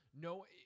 No